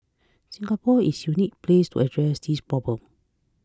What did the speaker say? Singapore is uniquely placed to address these problems